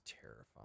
terrifying